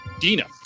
Dina